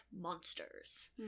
monsters